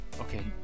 Okay